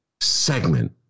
segment